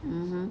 mmhmm